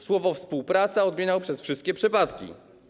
Słowo „współpraca” odmieniał przez wszystkie przypadki.